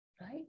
right